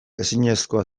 ezinezkoa